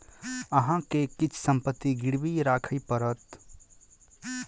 अहाँ के किछ संपत्ति गिरवी राखय पड़त